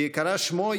בהיקרא שמו,